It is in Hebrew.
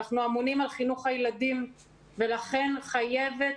אנחנו אמונים על חינוך הילדים ולכן חייבת